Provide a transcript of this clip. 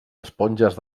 esponges